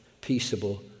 peaceable